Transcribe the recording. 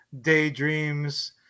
daydreams